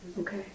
Okay